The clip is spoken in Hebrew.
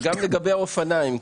וגם לגבי שבילי אופניים,